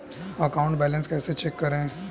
Account balance कैसे check करें?